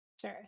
Sure